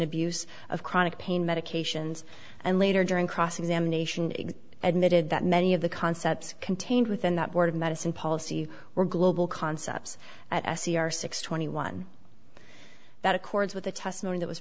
abuse of chronic pain medications and later during cross examination admitted that many of the concepts contained within that board of medicine policy were global concepts at s e r six twenty one that accords with the testimony that was